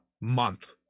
month